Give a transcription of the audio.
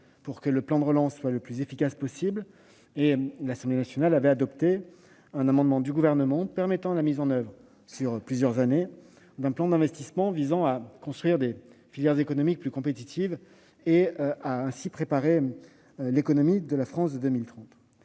afin que le plan de relance soit le plus efficace possible. L'Assemblée nationale avait adopté un amendement du Gouvernement visant à permettre la mise en oeuvre sur plusieurs années d'un plan d'investissement pour construire des filières économiques plus compétitives. Elle a ainsi préparé l'économie de la France de 2030.